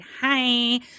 hi